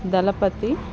దళపతి